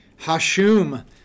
hashum